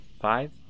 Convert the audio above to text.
Five